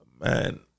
Man